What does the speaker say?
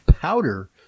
powder